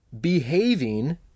behaving